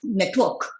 network